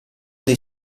dei